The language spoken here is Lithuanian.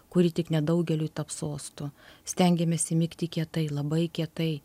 kuri tik nedaugeliui taps sostu stengiamės įmigti kietai labai kietai